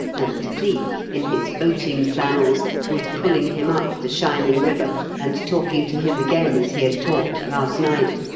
and cleek in his boating flannels was pulling him up the shining river and talking to him again as he had talked last night,